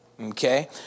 Okay